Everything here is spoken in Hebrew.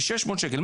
ב-600 שקל,